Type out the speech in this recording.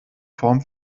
form